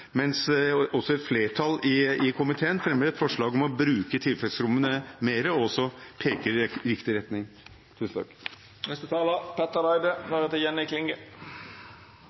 mens et flertall i komiteen fremmer et forslag om å bruke tilfluktsrommene mer, som også peker i riktig retning. Jeg skal benytte anledningen til å ta opp en sak i